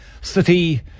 city